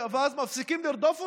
אז מפסיקים לרדוף אותם?